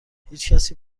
هیچکسی